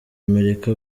amerika